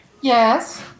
Yes